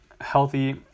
healthy